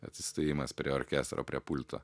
atsistojimas prie orkestro prie pulto